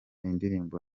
indirimbo